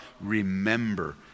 remember